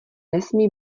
nesmí